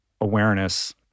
awareness